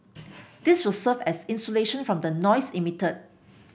this will serve as insulation from the noise emitted